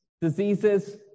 diseases